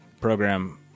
Program